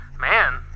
Man